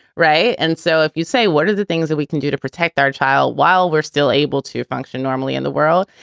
right. and so if you say what are the things that we can do to protect our child while we're still able to function normally in the world?